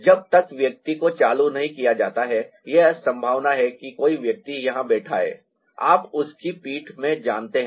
जब तक व्यक्ति को चालू नहीं किया जाता है यह संभावना है कि कोई व्यक्ति यहां बैठा है आप उसकी पीठ में जानते हैं